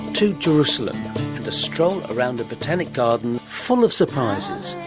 to jerusalem and a stroll around a botanic garden full of surprises,